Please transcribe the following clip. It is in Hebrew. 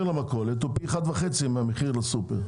הוא פי 1.5 מהמחיר לסופר.